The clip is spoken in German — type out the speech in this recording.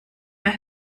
mehr